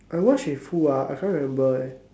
I watch with who ah I can't remember eh